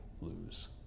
lose